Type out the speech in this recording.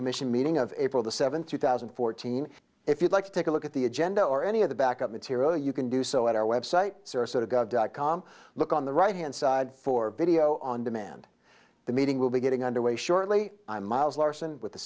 commission meeting of april the seventh two thousand and fourteen if you'd like to take a look at the agenda or any of the backup material you can do so at our website sarasota gov dot com look on the right hand side for video on demand the meeting will be getting underway shortly i'm miles larson with the